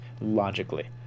logically